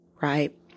right